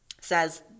says